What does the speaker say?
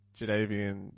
Jadavian